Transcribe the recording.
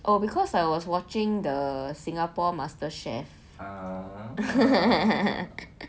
oh because I was watching the singapore master chef